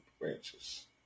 branches